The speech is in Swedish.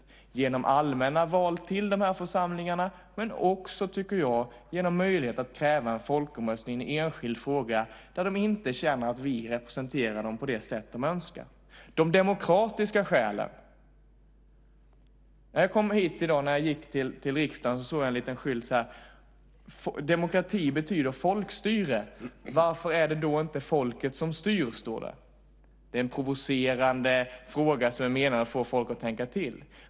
Det sker genom allmänna val till de här församlingarna men också, tycker jag, genom möjlighet att kräva en folkomröstning i en enskild fråga där de inte känner att vi representerar dem på det sätt som de önskar. Det gäller de demokratiska skälen. När jag gick hit till riksdagen i dag såg jag en liten skylt där det står: Demokrati betyder folkstyre. Varför är det då inte folket som styr? Det är en provocerande fråga som är menad att få folk att tänka till.